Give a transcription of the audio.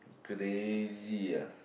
crazy ah